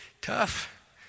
tough